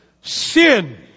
sin